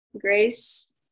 grace